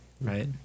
Right